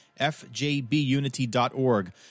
fjbunity.org